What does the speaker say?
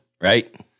Right